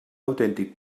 autèntic